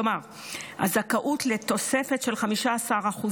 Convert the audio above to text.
כלומר, הזכאות לתוספת של 15%